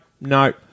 no